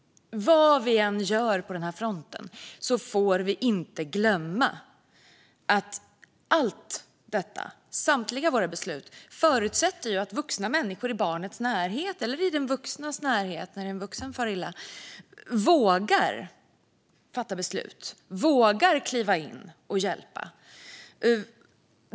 Vad vi än gör på den här fronten får vi inte glömma att allt detta, samtliga våra beslut, förutsätter att vuxna människor i barnets närhet, eller i den vuxnes närhet när en vuxen far illa, vågar fatta beslut och kliva in och hjälpa.